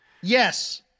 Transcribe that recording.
Yes